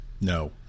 No